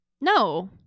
No